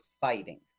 fighting